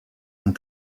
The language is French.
son